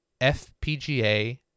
FPGA